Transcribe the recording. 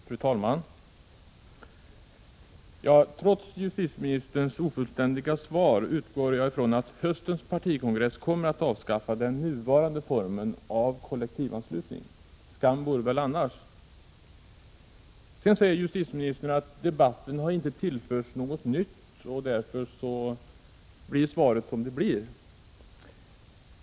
Fru talman! Trots justitieministerns ofullständiga svar utgår jag ifrån att höstens partikongress kommer att avskaffa den nuvarande formen av kollektivanslutning — skam vore det väl annars. Justitieministern säger att debatten inte har tillförts något nytt och att svaret därför blir som det blir.